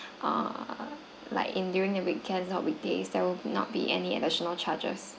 err like in during the weekends or weekdays there will not be any additional charges